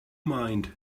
mind